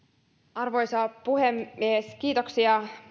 arvoisa puhemies kiitoksia